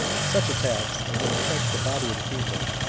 such a tax, as it affects the body of the people,